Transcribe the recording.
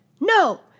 No